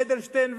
אדלשטיין ומילר,